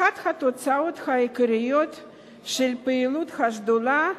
אחת התוצאות העיקריות של פעילות השדולה,